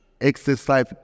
Exercise